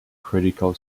critical